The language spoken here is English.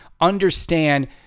understand